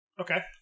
okay